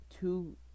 two